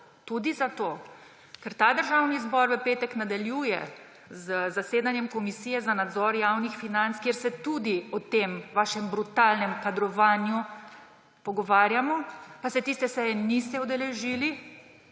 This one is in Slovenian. tudi zato, ker ta Državni zbor v petek nadaljuje z zasedanjem Komisije za nadzor javnih financ, kjer se tudi o tem vašem brutalnem kadrovanju pogovarjamo, pa se tiste seje niste udeležili,